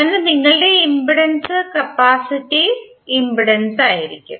അതിനാൽ നിങ്ങളുടെ impedance capacitive ഇംപെഡൻസായിരിക്കും